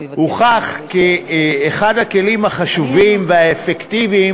הוכח כאחד הכלים החשובים והאפקטיביים